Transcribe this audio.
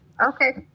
Okay